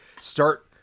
start –